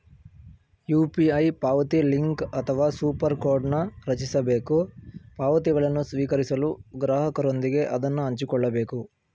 UPI ಪಾವತಿಲಿಂಕ್ ಅಥವಾ super ಕೋಡ್ನ್ ರಚಿಸಬೇಕು ಪಾವತಿಗಳನ್ನು ಸ್ವೀಕರಿಸಲು ಗ್ರಾಹಕರೊಂದಿಗೆ ಅದನ್ನ ಹಂಚಿಕೊಳ್ಳಬೇಕು